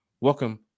welcome